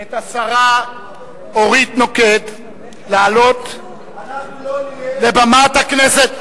את השרה אורית נוקד לעלות לבמת הכנסת.